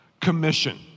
Commission